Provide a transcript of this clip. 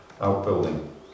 outbuilding